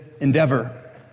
endeavor